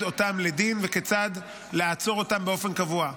אותם לדין וכיצד לעצור אותם באופן קבוע.